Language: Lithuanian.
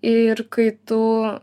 ir kai tu